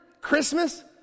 Christmas